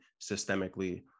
systemically